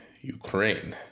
Ukraine